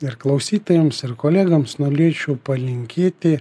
ir klausytojams ir kolegoms nolėčiau palinkėti